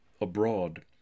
abroad